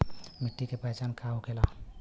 मिट्टी के पहचान का होखे ला?